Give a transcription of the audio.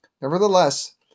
Nevertheless